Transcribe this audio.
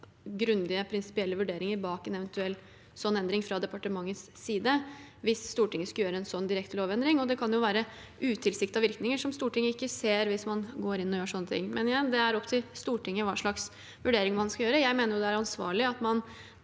grundige prinsipielle vurderinger bak en eventuell sånn endring fra departementets side hvis Stortinget skulle gjøre en sånn direkte lovendring. Det kan være utilsiktede virkninger som Stortinget ikke ser hvis man går inn og gjør sånne ting. Igjen: Det er opp til Stortinget hva slags vurderinger man skal gjøre. Jeg mener det er ansvarlig at man